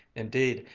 indeed,